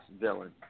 villain